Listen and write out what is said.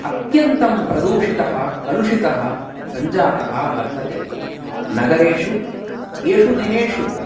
अत्यन्तं प्रदूषितः कलुषितः सञ्जातः वर्तते नगरेषु एषु दिनेषु